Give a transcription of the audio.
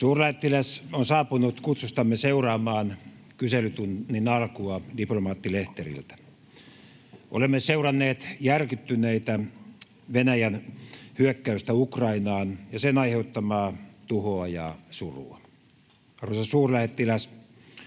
Suurlähettiläs on saapunut kutsustamme seuraamaan kyselytunnin alkua diplomaattilehteriltä. Olemme seuranneet järkyttyneinä Venäjän hyökkäystä Ukrainaan ja sen aiheuttamaa tuhoa ja surua. Arvoisa suurlähettiläs!